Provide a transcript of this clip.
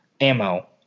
ammo